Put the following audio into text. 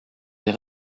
des